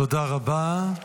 תודה רבה.